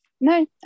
no